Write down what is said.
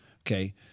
Okay